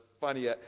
funny